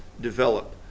develop